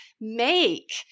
make